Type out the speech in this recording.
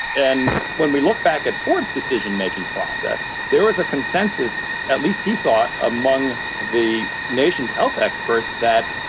and when we look back at ford's decision making process. process. there was a consensus, at least he thought. among the nation's health experts that,